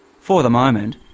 for the moment,